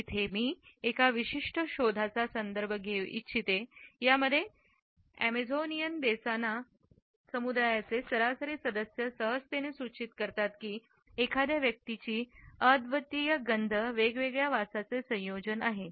इथे मी एका विशिष्ट शोधा चा संदर्भ घेऊ इच्छिते यामध्ये अॅमेझोनियन देसाना समुदायाचे सरासरी सदस्य सहजतेने सूचित करतो की एखाद्या व्यक्तीची अद्वितीय गंध वेगवेगळ्या वासांचे संयोजन आहे